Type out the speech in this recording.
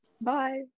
Bye